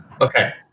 Okay